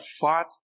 fought